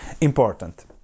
important